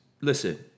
listen